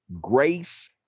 grace